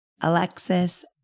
Alexis